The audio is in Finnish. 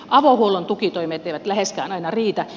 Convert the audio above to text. avohuollon tukitoimet eivät läheskään aina riitä